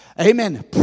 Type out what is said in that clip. Amen